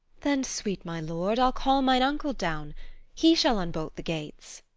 then, sweet my lord, i'll call mine uncle down he shall unbolt the gates.